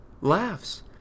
laughs